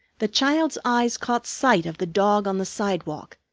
the child's eyes caught sight of the dog on the sidewalk,